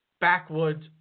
backwoods